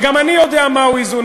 וגם אני יודע מהו איזון.